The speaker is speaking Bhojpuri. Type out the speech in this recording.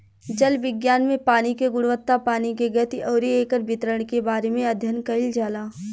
जल विज्ञान में पानी के गुणवत्ता पानी के गति अउरी एकर वितरण के बारे में अध्ययन कईल जाला